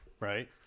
right